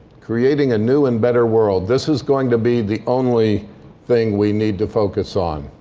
creating a new and better world. this is going to be the only thing we need to focus on.